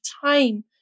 time